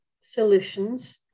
solutions